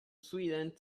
sweden